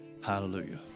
Hallelujah